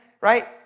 right